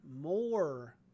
more